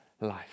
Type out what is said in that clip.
life